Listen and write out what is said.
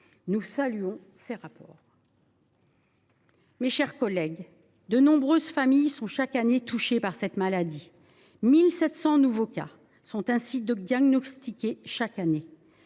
Nous saluons ces apports. Mes chers collègues, de nombreuses familles sont touchées par cette maladie : 1 700 nouveaux cas sont ainsi diagnostiqués chaque année.